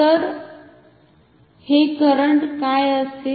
तर हे करंट काय असेल